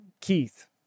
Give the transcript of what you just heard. Keith